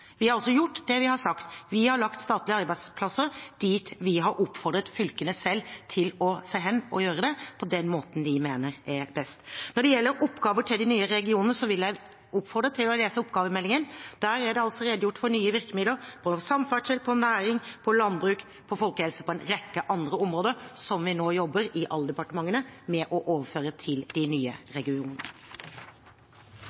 Vi har altså gjort det vi har sagt. Vi har lagt statlige arbeidsplasser dit, vi har oppfordret fylkene selv til å se hen og gjøre det, på den måten de mener er best. Når det gjelder oppgaver til de nye regionene, vil jeg oppfordre til å lese oppgavemeldingen. Der er det redegjort for nye virkemidler på samferdsel, på næring, på landbruk, på folkehelse, på en rekke andre områder som vi nå, i alle departementene, jobber med å overføre til de nye